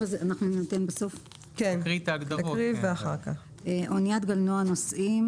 "אניית גלנוע נוסעים